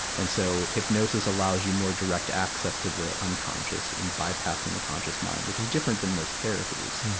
and so, hypnosis allows you more direct access to the unconscious and bypassing the conscious mind, which is different than most therapies.